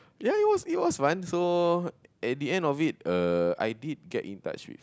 ya it was it was fun so at the end of it I did get in touch with